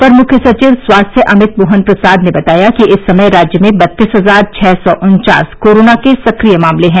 अपर मुख्य सचिव स्वास्थ्य अमित मोहन प्रसाद ने बताया कि इस समय राज्य में बत्तीस हजार छः सौ उन्चास कोरोना के सक्रिय मामले हैं